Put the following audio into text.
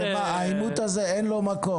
לעימות הזה אין מקום.